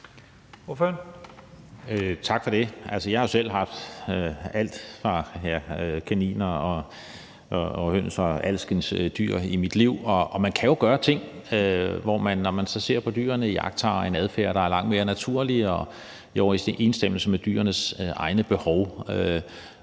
Tak for det. Jeg har selv haft alt fra kaniner og høns og alskens dyr i mit liv, og man kan jo gøre ting, hvor man, når man så ser på dyrene, iagttager en adfærd, der er langt mere naturlig og i overensstemmelse med dyrenes egne behov.